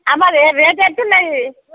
అమ్మ రే రేటు ఎంత ఉన్నాయి ఇవి ట్టున్నయీ